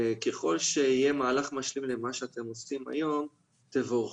ככל שיהיה מהלך משלים למה שאתם עושים היום - תבורכו,